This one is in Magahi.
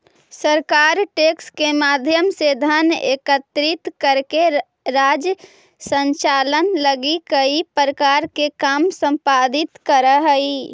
सरकार टैक्स के माध्यम से धन एकत्रित करके राज्य संचालन लगी कई प्रकार के काम संपादित करऽ हई